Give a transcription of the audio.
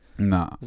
No